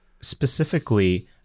specifically